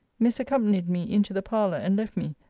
miss accompanied me into the parlour, and left me,